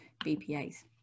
BPAs